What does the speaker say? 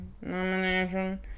nomination